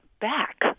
back